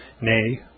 nay